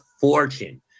fortune